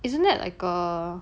isn't that like a